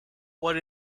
what